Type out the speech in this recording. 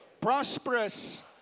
prosperous